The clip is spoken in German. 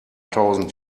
tausend